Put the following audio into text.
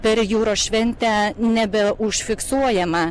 per jūros šventę nebeužfiksuojama